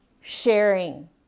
sharing